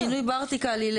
שינוי בארטיקל ילך.